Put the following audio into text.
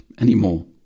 anymore